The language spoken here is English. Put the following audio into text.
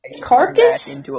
Carcass